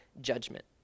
judgment